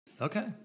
Okay